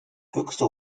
höchste